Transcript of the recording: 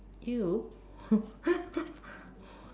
!eww!